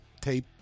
tape